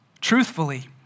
Truthfully